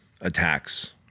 attacks